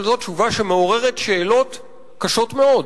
אבל זאת תשובה שמעוררת שאלות קשות מאוד,